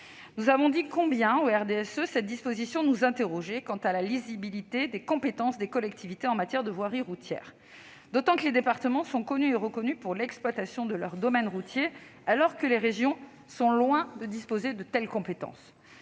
Nous avons dit combien cette disposition nous interrogeait quant à la lisibilité des compétences des collectivités en matière de voirie routière, d'autant que les départements sont connus et reconnus pour l'exploitation de leur domaine routier, alors que les régions sont loin de disposer de telles compétences.